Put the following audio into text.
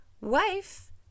wife